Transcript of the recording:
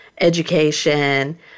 education